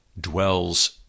dwells